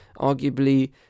arguably